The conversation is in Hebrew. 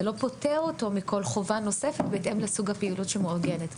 זה לא פוטר אותו מכול חובה נוספת בהתאם לסוג הפעילות שמאורגנת.